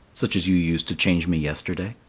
such as you used to change me yesterday.